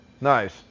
Nice